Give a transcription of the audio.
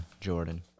jordan